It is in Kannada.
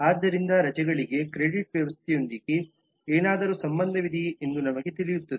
ಆದ್ದರಿಂದ ರಜೆಗಳಿಗೆ ಕ್ರೆಡಿಟ್ ವ್ಯವಸ್ಥೆಯೊಂದಿಗೆ ಏನಾದರೂ ಸಂಬಂಧವಿದೆಯೆ ಎಂದು ನಮಗೆ ತಿಳಿಯುತ್ತದೆ